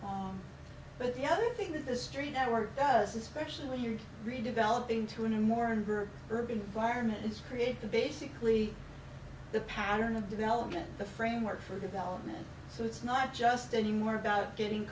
areas but the other thing that the street network does especially when you're really developing into a new more under urban environment is create the basically the pattern of development the framework for development so it's not just any more about getting